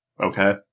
Okay